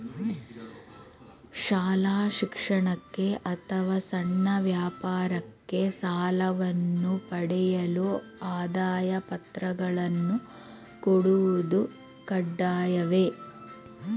ಶಾಲಾ ಶಿಕ್ಷಣಕ್ಕೆ ಅಥವಾ ಸಣ್ಣ ವ್ಯಾಪಾರಕ್ಕೆ ಸಾಲವನ್ನು ಪಡೆಯಲು ಆದಾಯ ಪತ್ರಗಳನ್ನು ಕೊಡುವುದು ಕಡ್ಡಾಯವೇ?